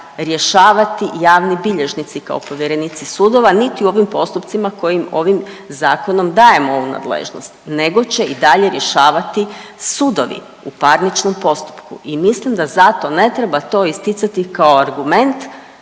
rješavati javni bilježnici kao povjerenici sudova, niti u ovim postupcima kojim ovim zakonom dajemo u nadležnost, nego će i dalje rješavati sudovi u parničnom postupku. I mislim da zato ne treba to isticati kao argument